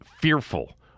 fearful